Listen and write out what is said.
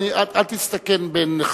אל תסתכן בין חברותיך,